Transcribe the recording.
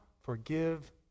forgive